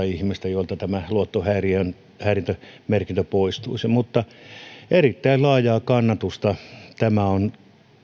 ihmistä joilta tämä luottohäiriömerkintä poistuisi erittäin laajaa kannatusta